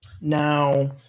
Now